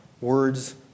words